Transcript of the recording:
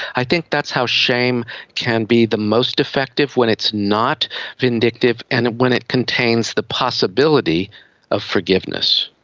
i think that's how shame can be the most effective, when it's not vindictive and when it contains the possibility of forgiveness.